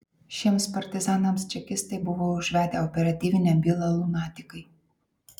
šiems partizanams čekistai buvo užvedę operatyvinę bylą lunatikai